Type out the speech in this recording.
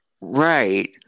Right